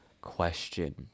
question